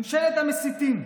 ממשלת המסיתים,